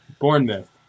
Bournemouth